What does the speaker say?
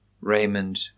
Raymond